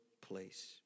place